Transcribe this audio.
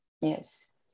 Yes